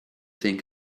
think